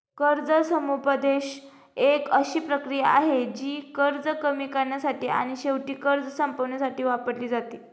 कर्ज समुपदेशन एक अशी प्रक्रिया आहे, जी कर्ज कमी करण्यासाठी आणि शेवटी कर्ज संपवण्यासाठी वापरली जाते